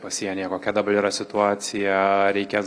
pasienyje kokia dabar yra situacija reikės